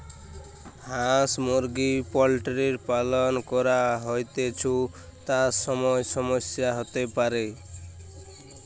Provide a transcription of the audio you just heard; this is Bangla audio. হাঁস মুরগি পোল্ট্রির পালন করা হৈতেছু, তার সময় সমস্যা হতে পারে